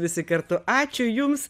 visi kartu ačiū jums